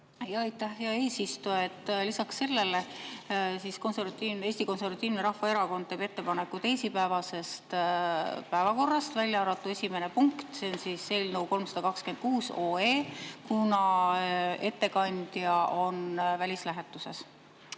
hea eesistuja! Lisaks sellele teeb Eesti Konservatiivne Rahvaerakond ettepaneku teisipäevasest päevakorrast välja arvata esimene punkt, see on siis eelnõu 326, kuna ettekandja on välislähetuses.